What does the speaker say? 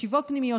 ישיבות פנימיות,